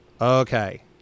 Okay